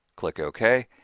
click ok.